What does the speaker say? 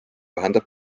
vahendab